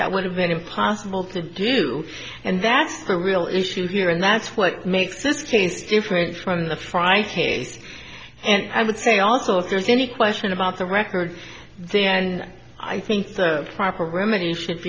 that would have been impossible to do and that's the real issue here and that's what makes this case different from the fry phase and i would say also if there's any question about the record then i think the proper remedy should